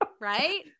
right